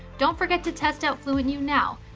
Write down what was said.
don't forget to test out fluentu now.